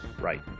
Right